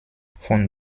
von